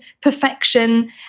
perfection